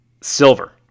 silver